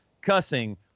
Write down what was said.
cussing